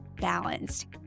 balanced